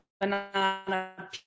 banana